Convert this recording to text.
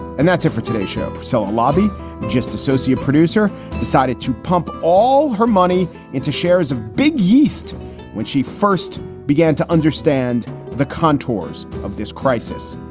and that's it for today's show. so a lobby just associate producer decided to pump all her money into shares of big yeast when she first began to understand the contours of this crisis.